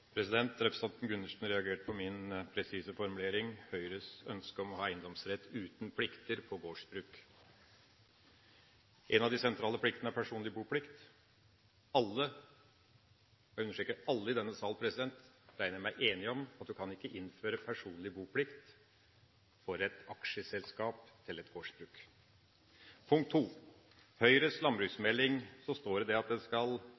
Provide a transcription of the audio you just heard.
Representanten Gundersen reagerte på min presise formulering, Høyres ønske om å ha eiendomsrett uten plikter på gårdsbruk. En av de sentrale pliktene er personlig boplikt. Alle – og jeg understreker alle – i denne sal regner jeg med er enige om at en ikke kan innføre personlig boplikt for et aksjeselskap eller et gårdsbruk. I Høyres landbruksmelding står det at det skal